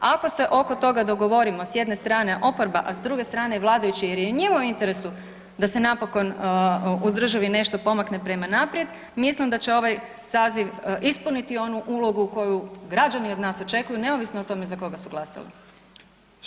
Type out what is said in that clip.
Ako se oko toga dogovorimo s jedne strane oporba, a s druge strane vladajući jer je i njima u interesu da se napokon u državi pomakne prema naprijed, mislim da će ovaj saziv ispuniti onu ulogu koji građani od nas očekuju neovisno o tome za koga su glasali.